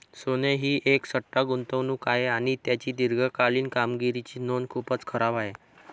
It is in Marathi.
सोने ही एक सट्टा गुंतवणूक आहे आणि त्याची दीर्घकालीन कामगिरीची नोंद खूपच खराब आहे